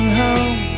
home